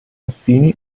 affini